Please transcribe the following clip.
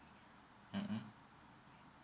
mmhmm